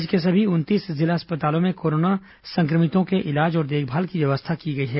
राज्य के सभी उनतीस जिला अस्पतालों में कोरोना संक्रमित के इलाज और देखभाल की व्यवस्था की गई है